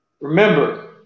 Remember